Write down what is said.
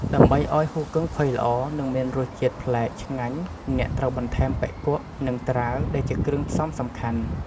ដើម្បីឱ្យហ៊ូគឹងផុយល្អ និងមានរសជាតិប្លែកឆ្ងាញ់ អ្នកត្រូវបន្ថែមបុិគក់ និងត្រាវដែលជាគ្រឿងផ្សំសំខាន់។